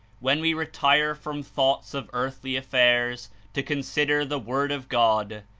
when we retire from thoughts of earthly affairs to consider the word of god,